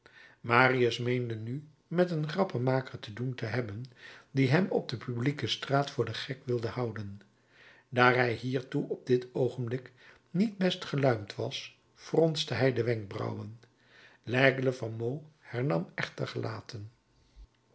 marius meende nu met een grappenmaker te doen te hebben die hem op de publieke straat voor den gek wilde houden daar hij hiertoe op dit oogenblik niet best geluimd was fronste hij de wenkbrauwen l'aigle van meaux hernam echter gelaten